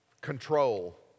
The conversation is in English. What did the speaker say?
control